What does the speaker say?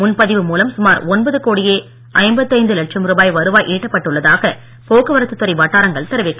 முன்பதிவு மூலம் சுமார் ஒன்பது கோடியே ஐம்பத்தைந்து லட்சம் ரூபாய் வருவாய் ஈட்டப்பட்டுள்ளதாக போக்குவரத்து துறை வட்டாரங்கள் தெரிவிக்கின்றன